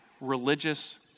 religious